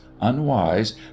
unwise